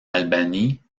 albanie